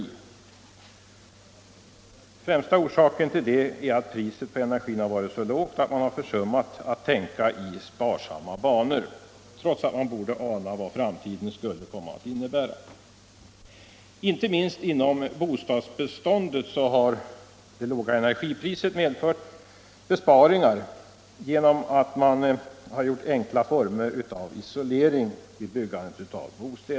Den främsta orsaken till det är att priset på energi har varit så lågt att man försummat att tänka i sparsamma banor, trots att man borde ha anat vad framtiden skulle komma att innebära. Inte minst inom bostadsbeståndet har det låga energipriset medfört ”besparingar” genom enklare former av isolering vid byggandet.